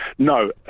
No